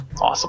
Awesome